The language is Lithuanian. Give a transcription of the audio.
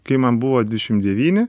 kai man buvo dvišim devyni